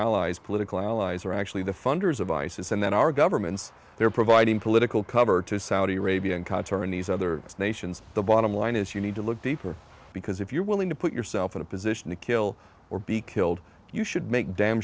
allies political allies are actually the funders of isis and then our governments there providing political cover to saudi arabia and qatar and these other nations the bottom line is you need to look deeper because if you're willing to put yourself in a position to kill or be killed you should make damn